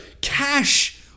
cash